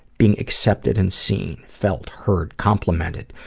being accepted and seen, felt heard, complimented,